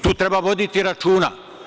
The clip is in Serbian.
Tu treba voditi računa.